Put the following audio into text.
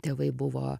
tėvai buvo